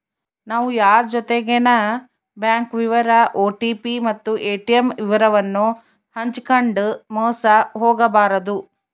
ನಾವು ಯಾರ್ ಜೊತಿಗೆನ ಬ್ಯಾಂಕ್ ವಿವರ ಓ.ಟಿ.ಪಿ ಮತ್ತು ಏ.ಟಿ.ಮ್ ವಿವರವನ್ನು ಹಂಚಿಕಂಡು ಮೋಸ ಹೋಗಬಾರದು